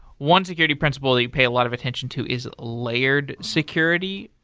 one security principle that you pay a lot of attention to is layered security.